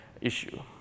issue